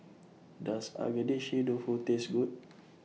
Does Agedashi Dofu Taste Good